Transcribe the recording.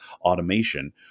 automation